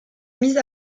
mise